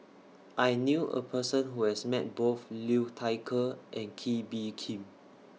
I knew A Person Who has Met Both Liu Thai Ker and Kee Bee Khim